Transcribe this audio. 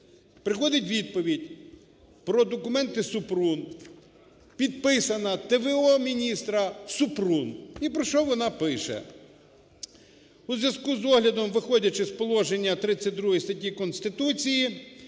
Приходить відповідь про документи Супрун, підписано т.в.о. міністра Супрун, і про що вона пише: "У зв'язку з оглядом, виходячи з положення 32 статті Конституції